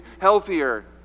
healthier